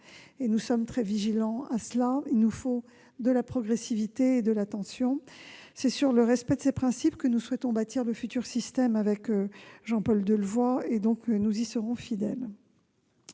Nous serons très vigilants sur ce dernier point. Il nous faut de la progressivité et de l'attention. C'est sur le respect de ces principes que nous souhaitons bâtir le futur système, avec Jean-Paul Delevoye. Nous leur serons fidèles.